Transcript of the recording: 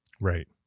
Right